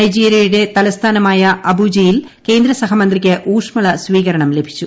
നൈജീരിയയുടെ തലസ്ഥാനമായ അബൂജയിൽ കേന്ദ്രസഹമന്ത്രിക്ക് ഊഷ്മള സ്വീകരണം ലഭിച്ചു